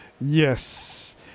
yes